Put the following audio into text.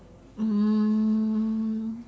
um